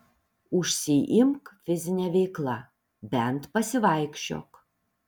užsiimk fizine veikla bent pasivaikščiok